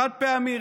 חד-פעמי,